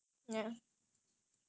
okay